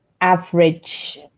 average